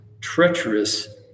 treacherous